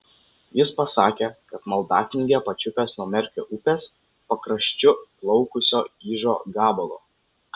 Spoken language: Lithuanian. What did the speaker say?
jis pasakė kad maldaknygę pačiupęs nuo merkio upės pakraščiu plaukusio ižo gabalo